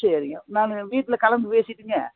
சரிங்க நான் வீட்டில் கலந்து பேசிட்டுங்க